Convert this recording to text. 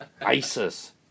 ISIS